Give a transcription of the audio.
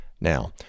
Now